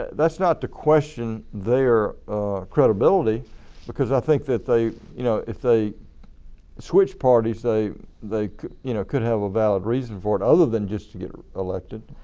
that's not to question their credibility because i think that they you know if they switched parties, they like you know could have a valid reason for it other than just to get reelected.